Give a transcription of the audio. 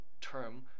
term